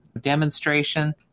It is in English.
demonstration